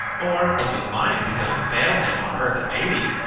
or, if his mind begun to fail him on earth at eighty,